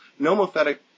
nomothetic